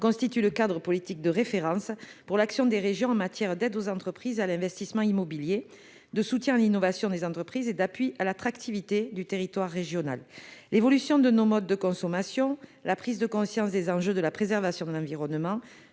constitue le cadre politique de référence pour l'action des régions en matière d'aides aux entreprises et à l'investissement immobilier, de soutien à l'innovation des entreprises et d'appui à l'attractivité du territoire régional. L'évolution de nos modes de consommation, la prise de conscience des enjeux de la préservation de l'environnement,